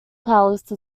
palace